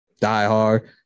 diehard